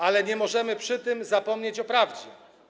ale nie możemy przy tym zapomnieć o prawdzie.